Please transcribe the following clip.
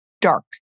dark